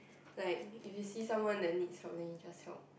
like if you see that someone that needs help then you just help